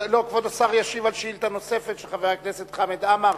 כבוד השר ישיב על שאילתא נוספת של חבר הכנסת חמד עמאר.